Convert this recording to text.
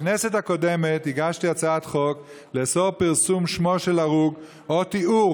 בכנסת הקודמת הגשתי הצעת חוק לאסור פרסום שמו של הרוג או תיאור